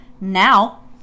now